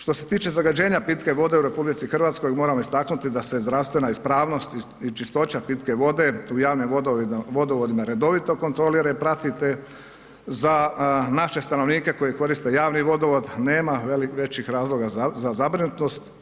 Što se tiče zagađenja pitke vode u Rh moramo istaknuti da se zdravstvena ispravnost i čistoća pitke vode u javnim vodovodima redovito kontrolira i prati te za naše stanovnik koji koriste javni vodovod nema većih razloga za zabrinutost.